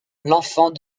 l’enfant